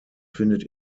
findet